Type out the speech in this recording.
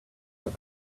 that